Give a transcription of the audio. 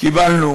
קיבלנו